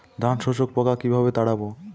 ধানে শোষক পোকা কিভাবে তাড়াব?